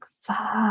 fuck